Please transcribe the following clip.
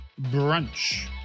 Brunch